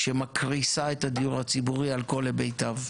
שמקריסה את הדיור הציבורי על כל היבטיו.